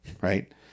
right